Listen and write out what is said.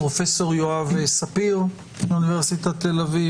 פרופ' יואב ספיר מאונ' תל-אביב,